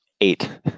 Eight